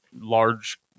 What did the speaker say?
large